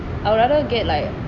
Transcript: I would rather get like